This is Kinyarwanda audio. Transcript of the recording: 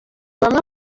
bamwe